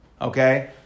Okay